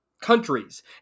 countries